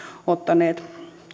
ottaneet